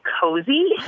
cozy